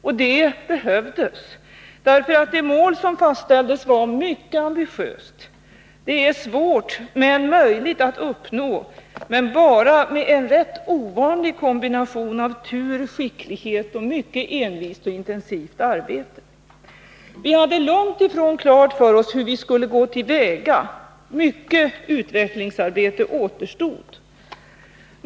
Och ett sådant behövs. Det mål som fastställdes var mycket ambitiöst. Det är svårt men möjligt att nå, men bara med en rätt ovanlig kombination av tur, skicklighet och mycket envist och intensivt arbete. & Vi hade långt ifrån klart för oss hur vi skulle gå till väga. Mycket utvecklingsarbete återstod.